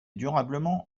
durablement